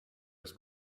his